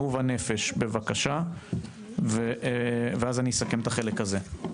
אהובה נפש בבקשה ואז אני אסכם את החלק הזה.